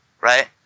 right